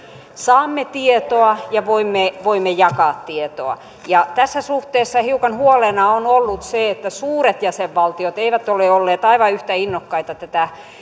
saamme tietoa ja voimme voimme jakaa tietoa tässä suhteessa huolena on ollut hiukan se että suuret jäsenvaltiot eivät ole olleet aivan yhtä innokkaita tätä